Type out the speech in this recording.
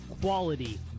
Quality